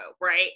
right